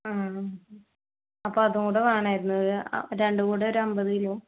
ആ അപ്പം അതുംകൂടെ വേണമായിരുന്നു രണ്ടുംകൂടെ ഒരു അമ്പത് കിലോ